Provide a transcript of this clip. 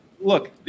look